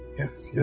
yes, yeah